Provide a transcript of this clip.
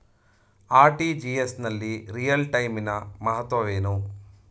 RTGS ನಲ್ಲಿ real time ನ ಮಹತ್ವವೇನು?